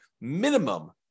minimum